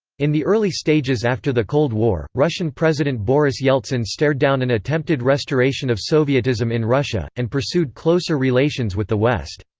in the early stages after the cold war, russian president boris yeltsin stared down an attempted restoration of sovietism in russia, and pursued closer relations with the west.